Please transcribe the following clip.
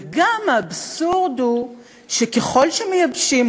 וגם האבסורד הוא שככל שמייבשים,